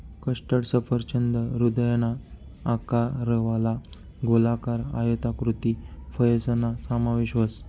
custard सफरचंद हृदयना आकारवाला, गोलाकार, आयताकृती फयसना समावेश व्हस